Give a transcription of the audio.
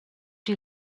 die